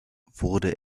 wurde